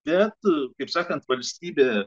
bet kaip sakant valstybė